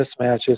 mismatches